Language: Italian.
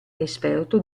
esperto